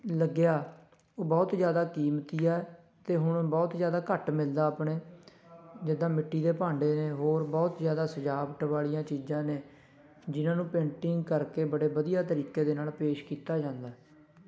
ਲੱਗਿਆ ਉਹ ਬਹੁਤ ਜ਼ਿਆਦਾ ਕੀਮਤੀ ਆ ਅਤੇ ਹੁਣ ਬਹੁਤ ਜ਼ਿਆਦਾ ਘੱਟ ਮਿਲਦਾ ਆਪਣੇ ਜਿੱਦਾਂ ਮਿੱਟੀ ਦੇ ਭਾਂਡੇ ਨੇ ਹੋਰ ਬਹੁਤ ਜ਼ਿਆਦਾ ਸਜਾਵਟ ਵਾਲੀਆਂ ਚੀਜ਼ਾਂ ਨੇ ਜਿਨਾਂ ਨੂੰ ਪੇਂਟਿੰਗ ਕਰਕੇ ਬੜੇ ਵਧੀਆ ਤਰੀਕੇ ਦੇ ਨਾਲ ਪੇਸ਼ ਕੀਤਾ ਜਾਂਦਾ